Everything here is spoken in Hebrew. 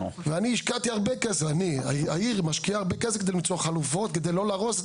והעיר משקיעה הרבה כסף על מנת למצוא חלופות,